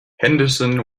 henderson